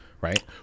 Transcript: Right